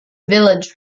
village